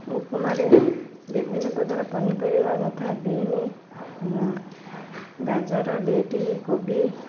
ଉପମାରେ ବିଭିନ୍ନ ପ୍ରକାର ପନିପରିବା ଯଥା ବିନ୍ସ ଗାଜର ବିଟ୍ କୋବି